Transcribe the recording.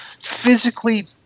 physically